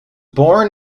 born